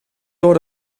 door